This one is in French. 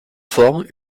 formes